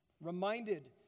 reminded